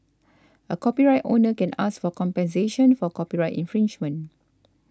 a copyright owner can ask for compensation for copyright infringement